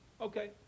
Okay